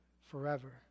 forever